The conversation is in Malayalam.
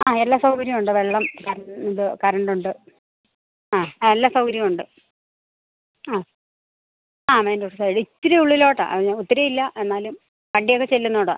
ആ എല്ലാ സൗകര്യം ഉണ്ട് വെള്ളം കരണ്ട് ഉണ്ട് കരണ്ട് ഉണ്ട് ആ എല്ലാ സൗകര്യം ഉണ്ട് ആ ആ മെയിൻ റോഡ് സൈഡ് ഇത്തിരി ഉള്ളിലോണ്ട്ടാ അത് ഞാൻ ഒത്തിരി ഇല്ല എന്നാലും വണ്ടിയൊക്ക ചെല്ലുന്ന ഇടമാണ്